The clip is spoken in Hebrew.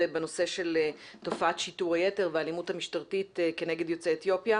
בנושא של תופעת שיטור היתר והאלימות המשטרתית כנגד יוצאי אתיופיה,